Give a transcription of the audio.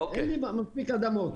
אין לי מספיק אדמות,